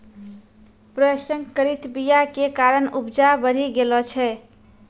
प्रसंकरित बीया के कारण उपजा बढ़ि गेलो छै